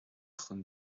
chun